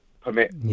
permit